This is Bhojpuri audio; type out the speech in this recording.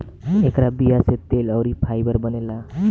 एकरा बीया से तेल अउरी फाइबर बनेला